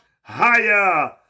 higher